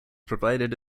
provided